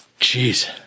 Jeez